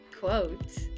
quote